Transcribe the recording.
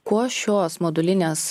kuo šios modulinės